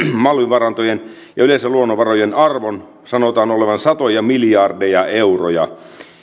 malmivarantojen ja yleensä luonnonvarojen arvon sanotaan olevan satoja miljardeja euroja